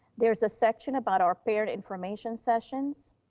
there's a section about our parent information sessions,